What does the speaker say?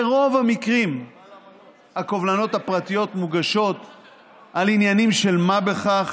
ברוב המקרים הקובלנות הפרטיות מוגשות על עניינים של מה בכך,